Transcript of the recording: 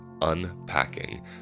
unpacking